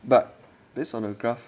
but based on the graph